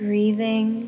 Breathing